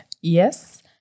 Yes